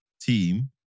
team